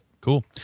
Cool